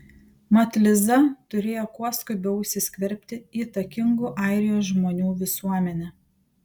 mat liza turėjo kuo skubiau įsiskverbti į įtakingų airijos žmonių visuomenę